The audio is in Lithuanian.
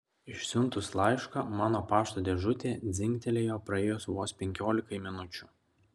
išsiuntus laišką mano pašto dėžutė dzingtelėjo praėjus vos penkiolikai minučių